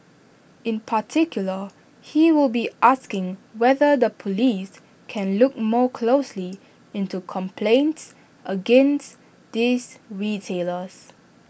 in particular he will be asking whether the Police can look more closely into complaints against these retailers